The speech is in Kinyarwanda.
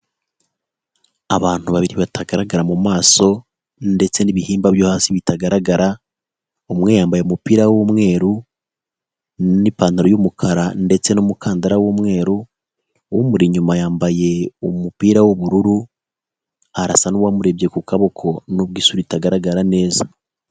Abantu babiri batagaragara mu maso ndetse n'ibihimba byo hasi bitagaragara, umwe yambaye umupira w'umweru n'ipantaro y'umukara ndetse n'umukandara w'umweru, umuri inyuma yambaye umupira w'ubururu, arasa n'uwamurebye ku kaboko nubwo isura itagaragara neza.